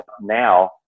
Now